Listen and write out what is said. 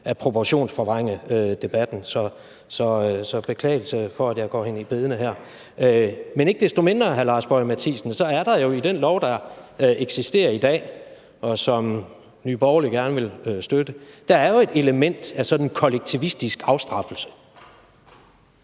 at proportionsforvrænge debatten. Så jeg skal beklage, at jeg går hende i bedene her. Men ikke desto mindre, hr. Lars Boje Mathiesen, så er der jo i den lov, der eksisterer i dag, og som Nye Borgerlige gerne vil støtte, et element af sådan kollektivistisk afstraffelse.